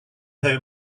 home